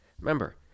Remember